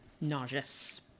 nauseous